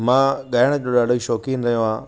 मां गायण जो ॾाढो शौक़ीन रहियो आहियां